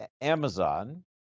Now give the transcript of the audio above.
Amazon